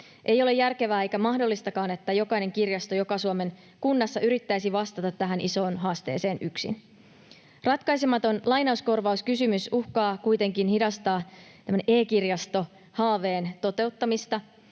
Ei ole järkevää eikä mahdollistakaan, että jokainen kirjasto jokaisessa Suomen kunnassa yrittäisi vastata tähän isoon haasteeseen yksin. Ratkaisematon lainauskorvauskysymys uhkaa kuitenkin hidastaa e-kirjastohaaveen toteuttamista.